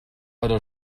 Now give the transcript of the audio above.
però